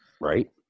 Right